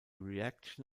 reaction